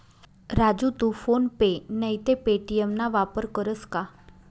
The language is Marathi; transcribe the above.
राजू तू फोन पे नैते पे.टी.एम ना वापर करस का?